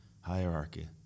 hierarchy